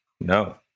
No